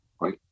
right